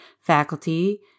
faculty